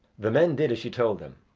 the men did as she told them.